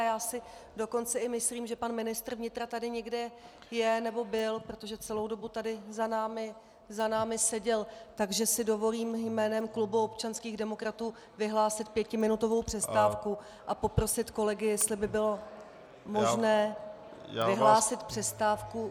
Já si dokonce i myslím, že pan ministr vnitra tady někde je, nebo byl, protože celou dobu tady za námi seděl, takže si dovolím jménem klubu občanských demokratů vyhlásit pětiminutovou přestávku a poprosit kolegy, jestli by bylo možné vyhlásit přestávku.